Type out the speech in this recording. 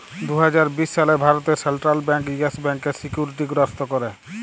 দু হাজার বিশ সালে ভারতে সেলট্রাল ব্যাংক ইয়েস ব্যাংকের সিকিউরিটি গ্রস্ত ক্যরে